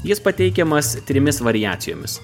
jis pateikiamas trimis variacijomis